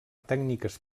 tècniques